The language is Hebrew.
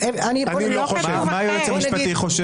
מה היועץ המשפטי חושב?